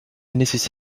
nécessaires